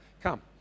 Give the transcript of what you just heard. Come